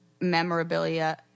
memorabilia